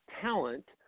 talent